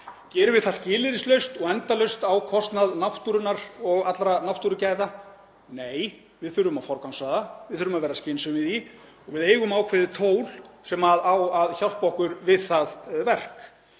Gerum við það skilyrðislaust og endalaust á kostnað náttúrunnar og allra náttúrugæða? Nei, við þurfum að forgangsraða. Við þurfum að vera skynsöm í því og við eigum ákveðið tól sem á að hjálpa okkur við það verk.